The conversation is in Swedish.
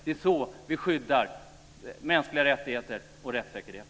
Det är så vi skyddar mänskliga rättigheter och rättssäkerhet.